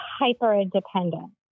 hyper-independent